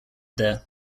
there